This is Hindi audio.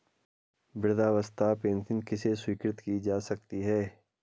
वृद्धावस्था पेंशन किसे स्वीकृत की जा सकती है?